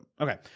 okay